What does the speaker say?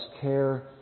care